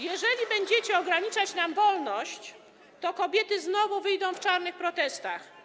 Jeżeli będziecie ograniczać nam wolność, to kobiety znowu wyjdą w czarnych protestach.